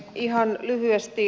ihan lyhyesti